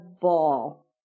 ball